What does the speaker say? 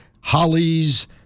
Hollies